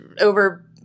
over